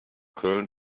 köln